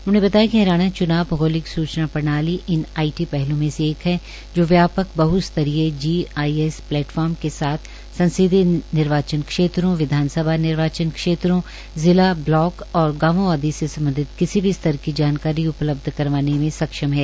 उन्होंने बताया कि हरियाणा च्नाव भौगोलिक सूचना प्रणाली इन आईटी पहलों में से एक है जो व्यापक बह स्तरीय जीआईएस प्लेटफार्म के साथ संसदीय निर्वाचन क्षेत्रों विधानसभा निर्वाचन क्षेत्रों जिला ब्लॉक और गांवों आदि से संबंधित किसी भी स्तर की जानकारी उपलब्ध करवाने में सक्षम है